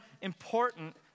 important